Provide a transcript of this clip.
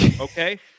okay